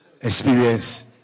experience